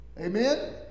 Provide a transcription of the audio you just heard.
amen